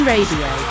Radio